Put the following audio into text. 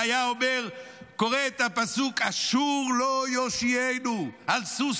והיה קורא את הפסוק: "אשור לא יושיענו על סוס